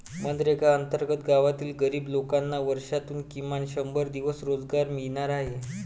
मनरेगा अंतर्गत गावातील गरीब लोकांना वर्षातून किमान शंभर दिवस रोजगार मिळणार आहे